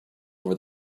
over